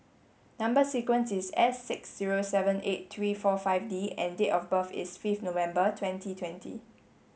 number sequence is S six zero seven eight three four five D and date of birth is fifth November twenty twenty